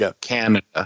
Canada